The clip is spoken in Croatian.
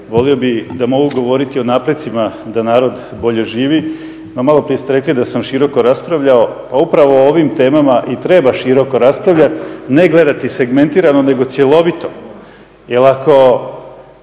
Volio bih da mogu govoriti o napretcima da narod bolje živi. No maloprije ste rekli da sam široko raspravljao, pa upravo o ovim temama i treba široko raspravljat, ne gledati segmentirano nego cjelovito. Jer ako